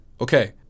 Okay